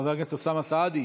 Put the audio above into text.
חבר הכנסת אוסאמה סעדי.